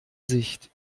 sicht